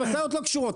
המשאיות לא קשורות.